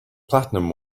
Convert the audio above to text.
platinum